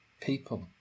people